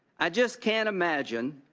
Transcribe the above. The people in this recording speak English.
i just can't imagine